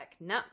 No